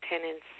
tenants